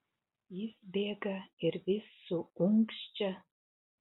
jis bėga ir vis suunkščia